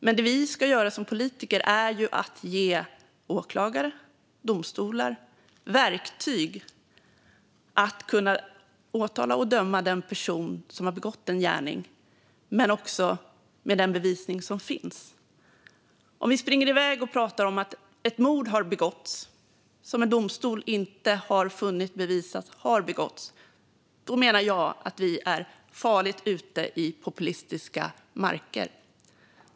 Men det vi ska göra som politiker är ju att ge åklagare och domstolar verktyg att med den bevisning som finns kunna åtala och döma den person som begått en gärning. Om vi springer iväg och pratar om att ett mord har begåtts, när domstol inte funnit bevisat att det begåtts, menar jag att vi är farligt ute i populistiska marker.